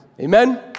Amen